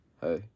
hey